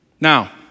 Now